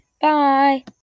bye